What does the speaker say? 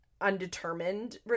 undetermined